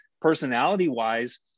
personality-wise